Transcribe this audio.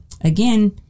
again